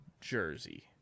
jersey